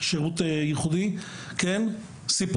הדברים